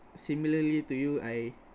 similarly to you I